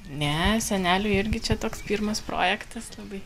ne seneliui irgi čia toks pirmas projektas labai